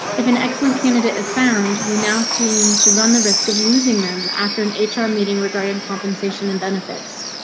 if an excellent candidate is found, we now seem to run the risk of losing them after an hr um meeting regarding compensation and benefits.